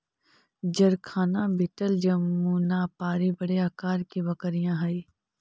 जरखाना बीटल जमुनापारी बड़े आकार की बकरियाँ हई